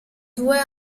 due